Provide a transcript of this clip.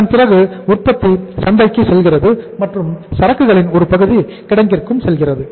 அதன் பிறகு உற்பத்தி சந்தைக்கு செல்கிறது மற்றும் சரக்குகளின் ஒரு பகுதி கிடங்குக்கு செல்கிறது